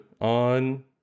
on